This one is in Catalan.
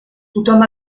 tothom